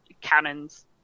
cannons